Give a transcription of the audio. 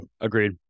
agreed